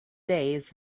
days